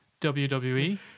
wwe